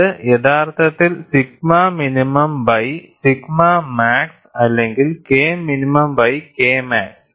ഇത് യഥാർത്ഥത്തിൽ sigma minimum by sigma max അല്ലെങ്കിൽ K minimum by K max